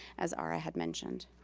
as ara had mentioned.